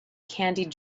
candied